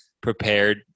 prepared